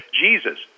Jesus